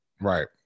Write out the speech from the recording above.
right